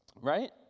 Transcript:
right